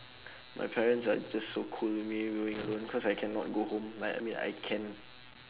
my parents are just so cool with me going alone cause I cannot go home like I mean I can